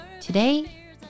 Today